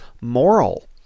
moral